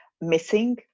missing